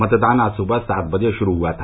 मतदान आज सुवह सात बजे शुरू हुआ था